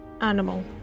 animal